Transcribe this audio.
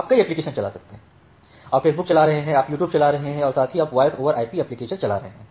आप फेसबुक चला सकते हैं आप यूट्यूब चला सकते हैं और साथ ही आप वॉयस ओवर आईपी एप्लिकेशन चला सकते हैं